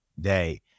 Day